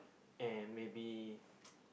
and maybe